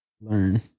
learn